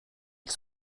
ils